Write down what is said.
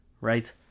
right